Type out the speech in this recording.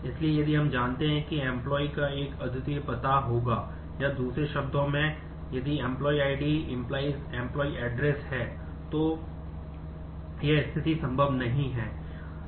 इसलिए यदि हम जानते हैं कि Employee का एक अद्वितीय पता होगा या दूसरे शब्दों में यदि Employee ID →Employee address है तो यह स्थिति संभव नहीं है